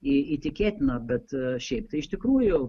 į įtikėtina bet šiaip tai iš tikrųjų